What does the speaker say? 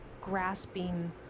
grasping